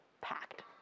packed